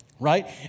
right